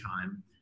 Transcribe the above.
time